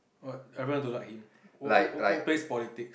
what everyone don't like him what what what what basic politics